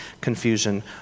confusion